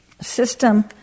system